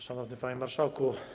Szanowny Panie Marszałku!